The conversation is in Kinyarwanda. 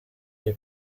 iyi